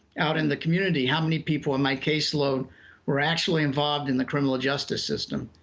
out in the community, how many people in my case load were actually involved in the criminal justice system.